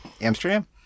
Amsterdam